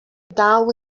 dal